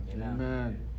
Amen